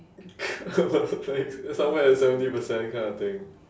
like somewhat at seventy percent kind of thing